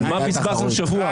על מה בזבזנו שבוע?